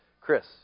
Chris